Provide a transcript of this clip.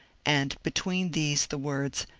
and be tween these the words,